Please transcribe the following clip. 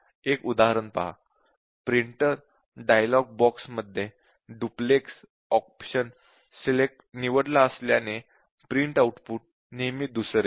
एक उदाहरण पहा प्रिंटर डाइअलॉग बॉक्स मध्ये डुप्लेक्स ऑप्शन निवडला असल्याने प्रिंट आउट नेहमी धूसर येते